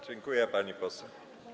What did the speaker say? Dziękuję, pani poseł.